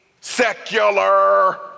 secular